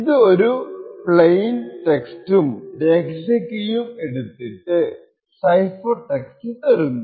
ഇത് ഒരു പ്ലെയിൻ ടെക്സ്റ്റും രഹസ്യ കീയും എടുത്തിട്ട് സൈഫർ ടെക്സ്റ്റ് തരുന്നു